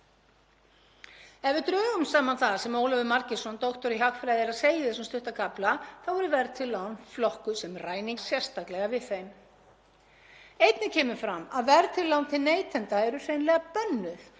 Einnig kemur fram að verðtryggð lán til neytenda eru hreinlega bönnuð í Sviss, Svíþjóð og Bretlandi, auk þess sem það er staðreynd að þau eru hvergi í heiminum í boði fyrir neytendur nema á Íslandi og í Chile.